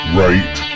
right